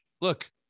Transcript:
look